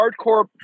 hardcore